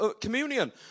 communion